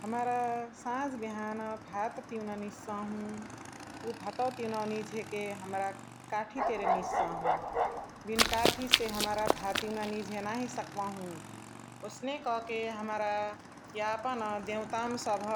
हमरा साझ बिहान भात तिउना निझसाहु । उ भातवा तिउनावा निझके हमरा काठी तेने निझसाहु । बिन काठिसे हमरा भात तिउना निझे नाही सकबाहु । ओसने कके हमरा यापन देउतावनी सबह